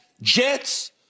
Jets